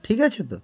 ঠিক আছে তো